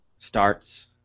starts